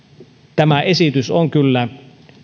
tämä esitys on kyllä